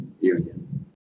union